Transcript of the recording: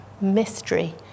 mystery